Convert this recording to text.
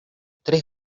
tres